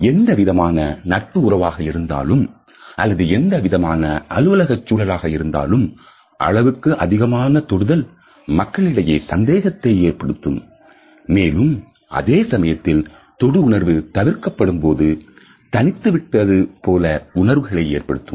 எந்தவிதமான நட்பு உறவாக இருந்தாலும் அல்லது எந்தவிதமான அலுவலகச் சூழலாக இருந்தாலும் அளவுக்கு அதிகமான தொடுதல் மக்களிடையே சந்தேகத்தை ஏற்படுத்தும் மேலும் அதே சமயத்தில் தொடு உணர்வு தவிர்க்கப்படும்போது தனித்து விடப்பட்டது போல உணர்வுகளை ஏற்படுத்தும்